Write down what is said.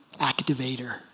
activator